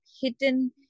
hidden